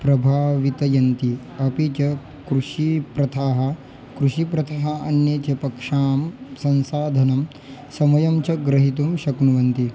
प्रभावयन्ति अपि च कृषिप्रथाः कृषिप्रथाः अन्ये च पक्षां संसाधनसमयं च ग्रहितुं शक्नुवन्ति